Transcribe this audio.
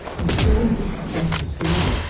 you still do get a sense of the scale though,